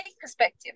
perspective